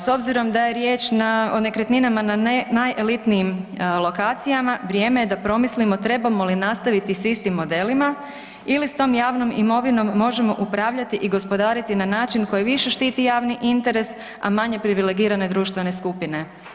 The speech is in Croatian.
S obzirom da je riječ o nekretninama na najelitnijim lokacijama, vrijeme je da promislimo trebalo mi nastaviti s istim modelima ili s tom javnom imovinom možemo upravljati i gospodariti na način više štiti javni interes a manje privilegirane društvene skupine.